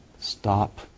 Stop